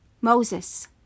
Moses